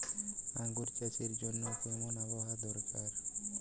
আঙ্গুর চাষের জন্য কেমন আবহাওয়া দরকার?